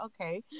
okay